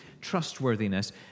trustworthiness